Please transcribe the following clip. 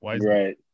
Right